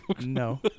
No